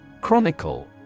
Chronicle